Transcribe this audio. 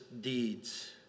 deeds